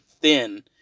thin